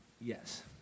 Yes